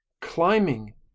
climbing